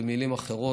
במילים אחרות,